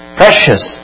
precious